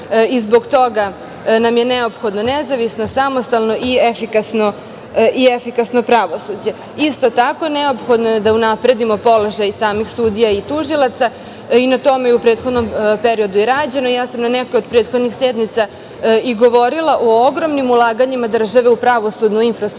Zbog toga nam je neophodno nezavisno, samostalno i efikasno pravosuđe. Isto tako neophodno je da unapredimo položaj samih sudija i tužilaca i na tome je u prethodnom periodu i rađeno. Na nekoj od prethodnih sednica sam i govorila o ogromnim ulaganjima države u pravosudnu infrastrukturu.